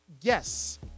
Yes